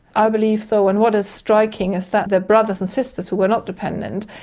i believe so and what is striking is that the brothers and sisters who were not dependent,